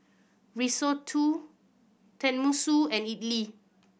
Risotto Tenmusu and Idili